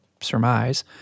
surmise